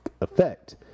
effect